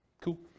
Cool